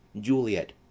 Juliet